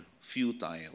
futile